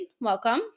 welcome